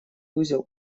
узел